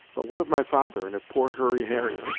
but what of my father, and of poor hurry harry?